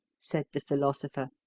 said the philosopher.